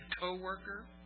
co-worker